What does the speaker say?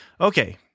Okay